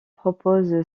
propose